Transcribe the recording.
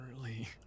early